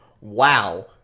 wow